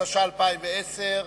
התש"ע 2010,